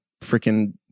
freaking